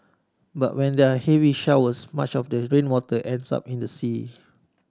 but when there're heavy showers much of the rainwater ends up in the sea